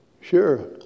Sure